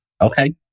Okay